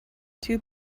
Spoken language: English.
two